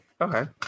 Okay